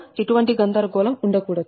ఎటువంటి గందరగోళం ఉండ కూడదు